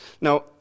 Now